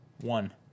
One